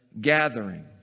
gathering